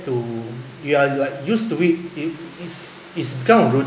to you are like used to it it is it's kind of routine